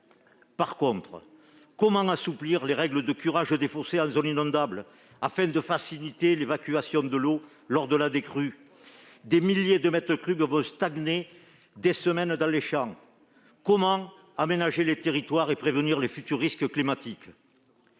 crue. Comment assouplir les règles de curage des fossés en zone inondable afin de faciliter l'évacuation de l'eau lors de la décrue ? Des milliers de mètres cubes vont stagner des semaines dans les champs. Comment aménager les territoires et prévenir les futurs risques climatiques ?